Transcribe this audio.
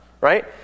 right